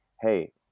hey